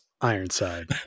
Ironside